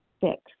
Six